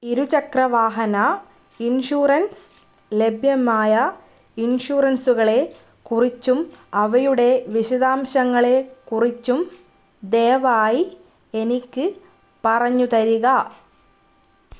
ഇരുചക്ര വാഹന ഇൻഷുറൻസ് ലഭ്യമായ ഇൻഷുറൻസുകളെ കുറിച്ചും അവയുടെ വിശദാംശങ്ങളെ കുറിച്ചും ദയവായി എനിക്ക് പറഞ്ഞുതരിക